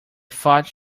thought